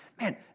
man